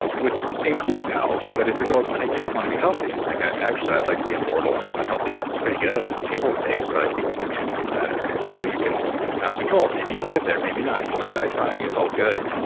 um which includes health. but if your goal is, i just want to be healthy, i'm like actually, i'd like to be immortal. healthy is pretty good. it's table stakes. but i think maybe i could do better. and and so you can have control. maybe you can get there. maybe not you might die trying. it's all good.